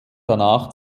danach